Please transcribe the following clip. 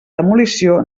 demolició